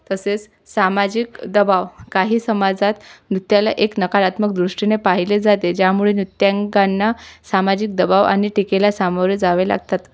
तसेच सामाजिक दबााव काही समाजात नृत्याला एक नकारात्मक दृष्टीने पाहिले जाते ज्यामुळे नृत्यांकांना सामाजिक दबाव आणि टीकेला सामोरे जावे लागतात